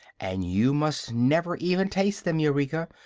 and you must never even taste them, eureka,